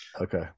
okay